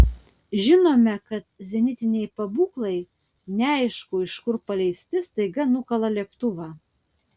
žinome kad zenitiniai pabūklai neaišku iš kur paleisti staiga nukala lėktuvą